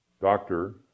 doctor